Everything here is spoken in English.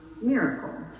miracle